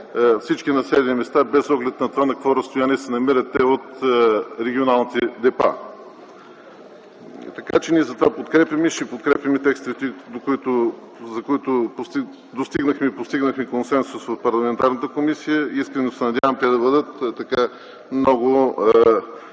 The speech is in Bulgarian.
всички населени места, без оглед на това на какво разстояние се намират те от регионалните депа. Така че, ние затова подкрепяме и ще подкрепяме текстовете, до които достигнахме и по които постигнахме консенсус в парламентарната комисия. Искрено се надявам те да бъдат улесняващи